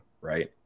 right